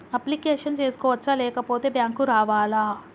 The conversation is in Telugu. అప్లికేషన్ చేసుకోవచ్చా లేకపోతే బ్యాంకు రావాలా?